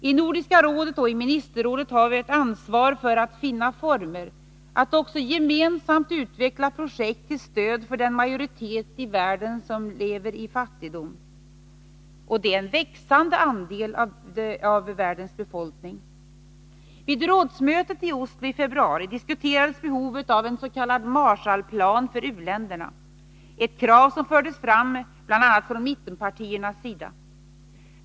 I Nordiska rådet och i Ministerrådet har vi ett ansvar för att finna former att också gemensamt utveckla projekt till stöd för den majoritet i världen som lever i fattigdom — och det är en växande andel av världens befolkning. Vid Rådsmötet i Oslo i februari diskuterades behovet av en s.k. Marshallplan för u-länderna — ett krav som fördes fram från bl.a. mittenpartiernas sida.